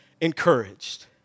encouraged